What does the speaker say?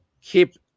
keep